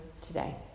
today